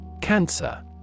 Cancer